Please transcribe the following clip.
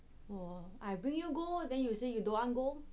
oh I bring you go then you say you don't want go